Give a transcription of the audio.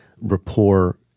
rapport